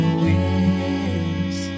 winds